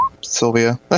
Sylvia